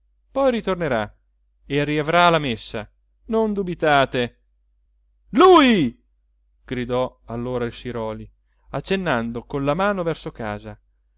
poi ritornerà e riavrà la messa non dubitate lui gridò allora il siròli accennando con la mano verso casa